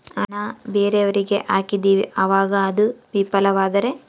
ಹಣ ಬೇರೆಯವರಿಗೆ ಹಾಕಿದಿವಿ ಅವಾಗ ಅದು ವಿಫಲವಾದರೆ?